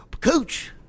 Coach